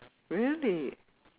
really